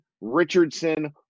Richardson